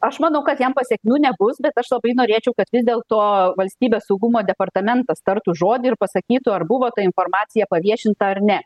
aš manau kad jam pasekmių nebus bet aš labai norėčiau kad vis dėl to valstybės saugumo departamentas tartų žodį ir pasakytų ar buvo ta informacija paviešinta ar ne